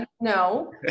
no